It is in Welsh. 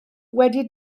wedi